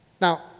Now